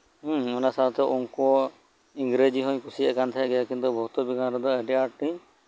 ᱦᱩᱢ ᱚᱱᱟ ᱥᱟᱶᱛᱮ ᱚᱝᱠᱚ ᱤᱝᱨᱮᱡᱤ ᱦᱩᱸᱧ ᱠᱩᱥᱤᱣᱟᱜ ᱠᱟᱱ ᱛᱟᱦᱮᱸᱱᱟ ᱠᱤᱱᱛᱩ ᱵᱷᱳᱣᱛᱚ ᱵᱤᱜᱽᱜᱟᱱ ᱨᱮᱫᱚ ᱟᱹᱰᱤ ᱟᱸᱴᱤᱧ